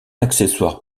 accessoire